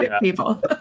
people